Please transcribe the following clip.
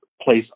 place